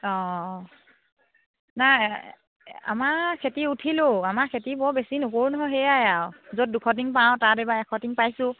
অঁ নাই আমাৰ খেতি উঠিলোঁ আমাৰ খেতি বৰ বেছি নকৰো নহয় সেয়াই আৰু য'ত দুশ টিং পাওঁ তাত এইবাৰ এশ টিং পাইছোঁ